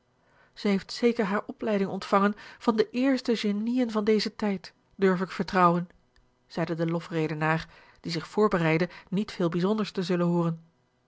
zij heeft zeker hare opleiding ontvangen van de eerste geniën van dezen tijd durf ik vertrouwen zeide de lofredenaar die zich voorbereidde niet veel bijzonders te zullen hooren